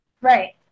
Right